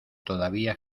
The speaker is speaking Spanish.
todavía